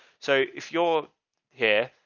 so if you're here.